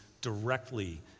directly